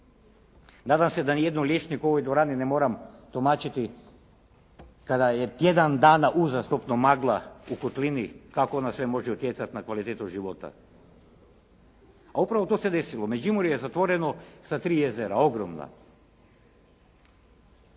Nadam se da ni jednom liječniku u ovoj dvorani ne moram tumačiti kada je tjedan dana uzastopnom magla u kotlini kako na sve može utjecati na kvalitetu života. A upravo to se desilo, Međimurje je zatvoreno sa tri jezera ogromna.